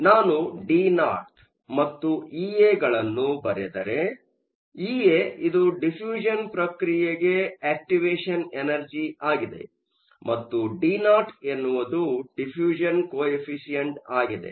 ಆದ್ದರಿಂದ ನಾನು ಡಿನಾಟ್ ಮತ್ತು ಇಎಗಳನ್ನು ಬರೆದರೆ ಇಎ ಇದು ಡಿಫೂ಼ಷ಼ನ್ ಪ್ರಕ್ರಿಯೆಗೆ ಆಕ್ಟಿವೆಷನ್ ಎನರ್ಜಿ ಆಗಿದೆ ಮತ್ತು ಡಿನಾಟ್ ಎನ್ನುವುದು ಡಿಫೂ಼ಷ಼ನ್ ಕೋಇಫಿ಼ಷಂಟ್ ಆಗಿದೆ